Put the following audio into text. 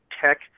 tech